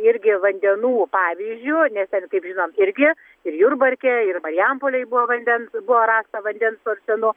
irgi vandenų pavyzdžiu nes ten kaip žinom irgi ir jurbarke ir marijampolėj buvo vandens buvo rasta vandens su arsenu